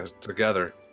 together